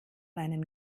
einen